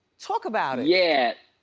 talk about it. yeah,